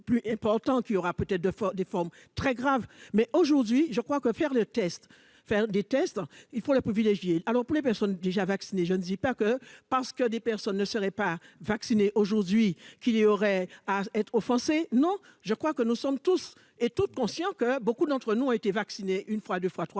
plus important qu'il y aura peut-être de faire des formes très grave, mais aujourd'hui je crois que faire des tests, faire des tests, il faut la privilégier alors pour les personnes déjà vaccinées, je ne dis pas que parce que des personnes ne seraient pas vaccinés aujourd'hui qu'il y aurait à être offensés, non, je crois que nous sommes tous et toutes, conscient que beaucoup d'entre nous ont été vacciné une fois, 2 fois, 3 fois